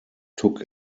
took